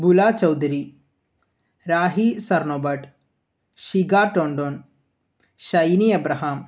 Bula Chaudhary Rahi Sarnobat Shikha Tandon Shiny Abraham